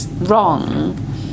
wrong